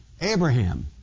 Abraham